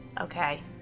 okay